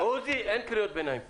עוזי, אין קריאות ביניים פה.